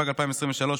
התשפ"ג,2023,